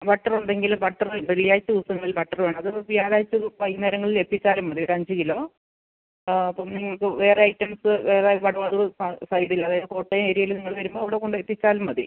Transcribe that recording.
butter ഉണ്ടെങ്കിൽ butter വെള്ളിയാഴ്ച്ച ദിവസങ്ങളിൽ ബട്ടറ് വേണം അത് വ്യാഴാഴ്ച്ച വൈകുന്നേരങ്ങളിൽ എത്തിച്ചാലും മതി ഒരു അഞ്ച് കിലൊ അപ്പം വേറെ ഐറ്റംസ്സ് വേറെ വടവത്തൂർ സൈഡിൽ അതായത് കോട്ടയം ഏര്യേല് നിങ്ങൾ വരുമ്പോൾ അവിടെ കൊണ്ടെത്തിച്ചാലും മതി